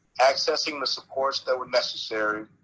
accessing the support that were necessary.